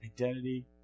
identity